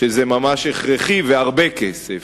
שהוא ממש הכרחי, והרבה כסף,